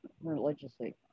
religiously